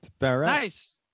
Nice